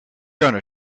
going